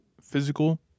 physical